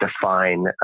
define